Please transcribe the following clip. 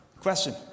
Question